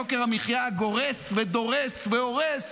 יוקר המחיה גורס ודורס והורס